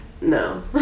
No